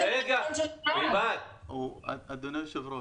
--- אדוני היושב-ראש.